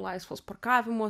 laisvos parkavimo